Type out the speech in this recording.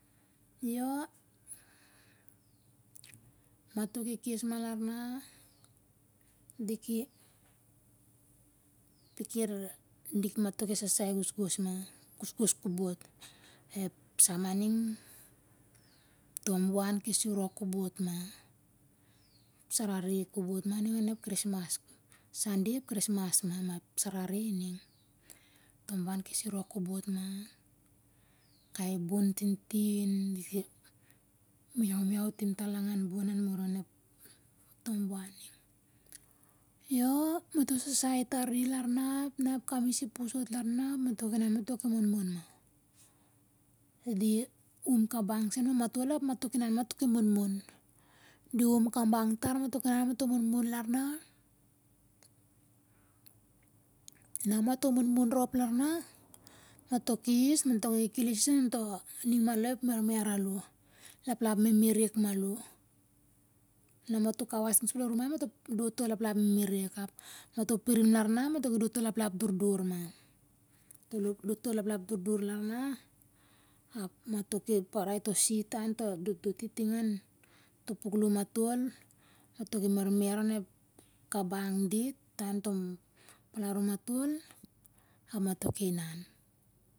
Yio mato ki kes ma larna, diki diki ra dik mato ki sasai gosgos ma, gosgos kobot, ep sa ma ning, tombuan ki sirok kobotma. ep sarere kobot ma ning onep krismas, sande ep krismas ma, ma ep sarere ining, tombuan ki sirok kobot ma, kai bun tintin dit ki